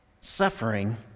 suffering